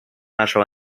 нашего